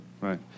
Right